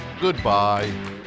goodbye